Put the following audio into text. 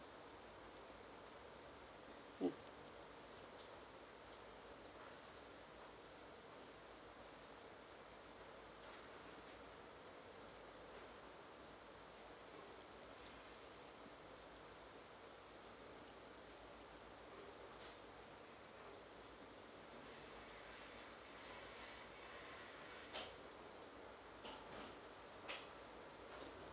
mm